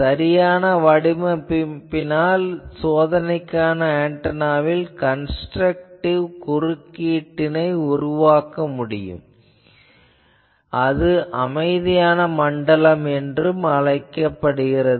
சரியான வடிவமைப்பினால் சோதனைக்கான ஆன்டெனாவில் கன்ஸ்ட்ரக்டிவ் குறுக்கீட்டை உருவாக்கலாம் அது அமைதியான மண்டலம் எனப்படுகிறது